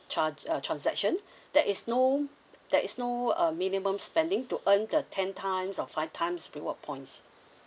charge uh transaction there is no there is no uh minimum spending to earn the ten times or five times reward points